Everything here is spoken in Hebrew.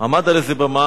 עמד על איזו במה,